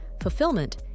fulfillment